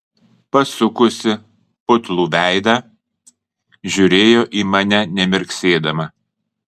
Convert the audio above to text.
pasukusi putlų veidą žiūrėjo į mane nemirksėdama